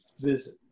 visit